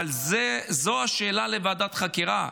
זו שאלה לוועדת החקירה,